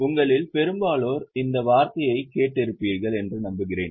உங்களில் பெரும்பாலோர் இந்த வார்த்தையை கேட்டு இருப்பீர்கள் என்று நம்புகிறேன்